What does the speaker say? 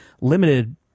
limited